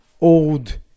old